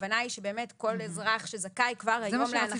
הכוונה היא באמת כל אזרח שזכאי כבר היום להנחה זה יחול.